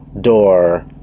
door